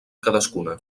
cadascuna